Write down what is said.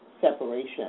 separation